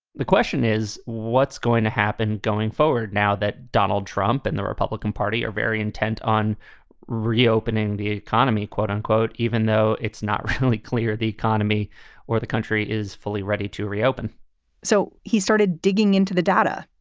the question is, what's going to happen going forward now that donald trump and the republican party are very intent on reopening the economy, quote unquote, even though it's not really clear the economy or the country is fully ready to reopen so he started digging into the data,